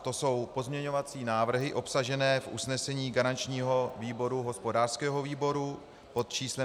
To jsou pozměňovací návrhy obsažené v usnesení garančního výboru, hospodářského výboru, pod číslem 237.